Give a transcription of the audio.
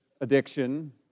addiction